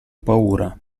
paura